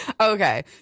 okay